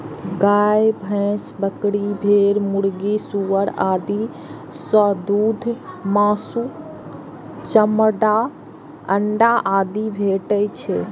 गाय, भैंस, बकरी, भेड़, मुर्गी, सुअर आदि सं दूध, मासु, चमड़ा, अंडा आदि भेटै छै